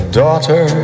daughter